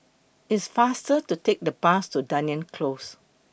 IT IS faster to Take The Bus to Dunearn Close